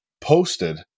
posted